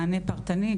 מענה פרטני,